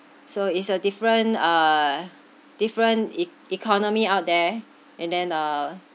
so it's a different uh different e~ economy out there and then uh